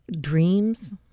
dreams